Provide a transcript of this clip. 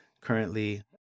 currently